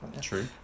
True